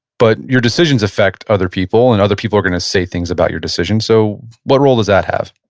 but your decisions affect other people and other people are going to say things about your decision. so what role does that have?